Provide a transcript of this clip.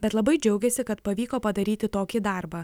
bet labai džiaugėsi kad pavyko padaryti tokį darbą